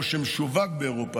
או שמשווק באירופה,